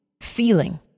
feeling